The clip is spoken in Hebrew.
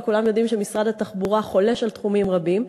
וכולנו יודעים שמשרד התחבורה חולש על תחומים רבים,